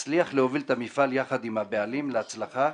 נצליח להוביל את המפעל יחד עם הבעלים להצלחה,